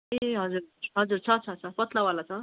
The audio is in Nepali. ए हजुर हजुर छ छ छ पत्लावाला छ